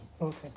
Okay